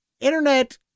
Internet